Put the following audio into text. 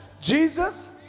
Jesus